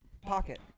pocket